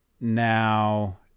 Now